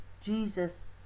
Jesus